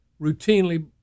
routinely